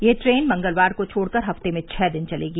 यह ट्रेन मंगलवार को छोड़ कर हफ़्ते में छह दिन चलेगी